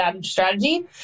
strategy